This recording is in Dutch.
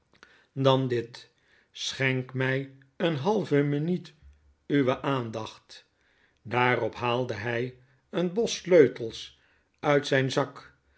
dan dit schenk my een halve minuut uwe aandacht daarop haalde hij een bos sleutels uit zyn zak